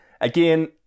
Again